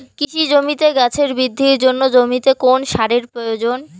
কৃষি জমিতে গাছের বৃদ্ধির জন্য জমিতে কোন সারের প্রয়োজন?